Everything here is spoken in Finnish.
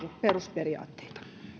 perusperiaatteita